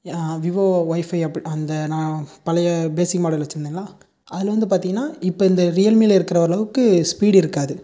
Vivo Y five அந்த நான் பழைய பேசிக் மாடல் வச்சிருந்தேல்லா அதில் வந்து பார்த்தீங்கனா இப்போ இந்த ரியல்மில் இருக்கிற அளவுக்கு ஸ்பீடு இருக்காது